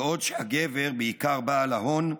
הגבר, בעיקר בעל ההון,